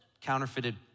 counterfeited